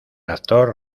actor